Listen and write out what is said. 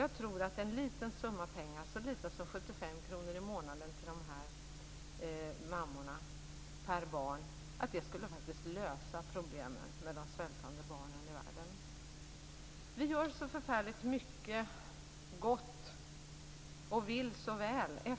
Jag tror att en liten summa pengar, så litet som 75 kronor i månaden per barn till de här mammorna, faktiskt skulle lösa problemet med de svältande barnen i världen. Vi gör så förfärligt mycket gott och vill så väl.